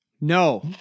No